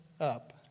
up